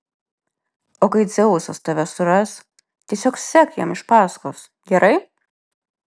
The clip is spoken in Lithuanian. o kai dzeusas tave suras tiesiog sek jam iš paskos gerai